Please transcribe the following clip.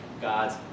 god's